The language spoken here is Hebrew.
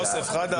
יוסף חדד?